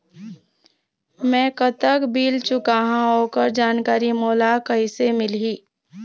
मैं कतक बिल चुकाहां ओकर जानकारी मोला कइसे मिलही?